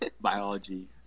biology